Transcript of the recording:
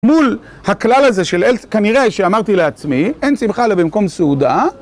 מול הכלל הזה של כנראה שאמרתי לעצמי, אין שמחה עליו במקום סעודה.